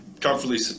comfortably